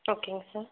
ஓகேங்க சார்